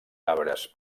arbres